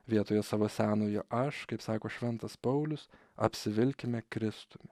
vietoje savo senojo aš kaip sako šventas paulius apsivilkime kristumi